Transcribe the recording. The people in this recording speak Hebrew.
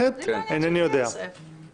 אז אנחנו צריכים לעצור את זה.